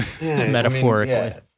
metaphorically